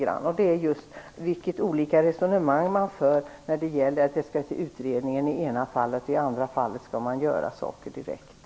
Det gäller just de olika resonemang som förs, när det gäller att i det ena fallet hänvisa till utredningar och att i det andra fallet göra saker direkt.